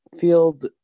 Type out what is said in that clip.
field